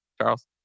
Charles